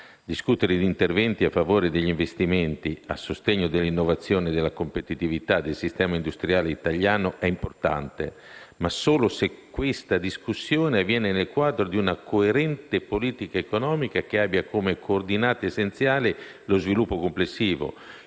Discutere di interventi a favore degli investimenti e a sostegno dell'innovazione e della competitività del sistema industriale italiano è importante, ma solo se questa discussione avviene nel quadro di una coerente politica economica, che abbia come coordinate essenziali lo sviluppo complessivo.